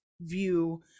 view